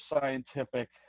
scientific